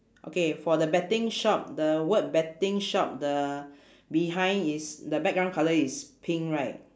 okay for the betting shop the word betting shop the behind is the background colour is pink right